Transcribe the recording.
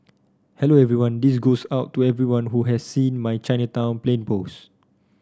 hello everyone this goes out to everyone who has seen my Chinatown plane post